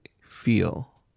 feel